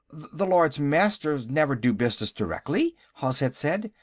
the lords-master never do business directly, hozhet said.